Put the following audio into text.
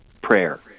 prayer